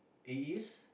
it is